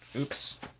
oops.